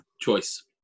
choice